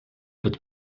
but